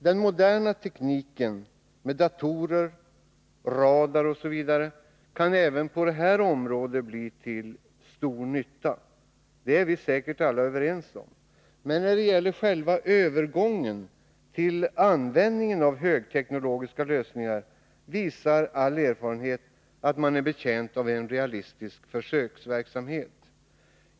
Den moderna tekniken med datorer, radar, osv. kan även på detta område bli till stor nytta — det är vi säkert alla överens om. Men när det gäller själva övergången till användning av högteknologiska lösningar visar all erfarenhet att man är betjänt av en realistisk försöksverksamhet.